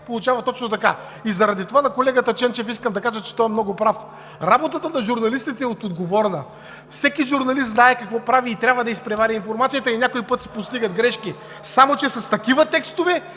получава точно така. И заради това на колегата Ченчев искам да кажа, че той е много прав. Работата на журналистите е отговорна. Всеки журналист знае какво прави и трябва да изпревари информацията и някой път се постигат грешки. Само че с такива текстове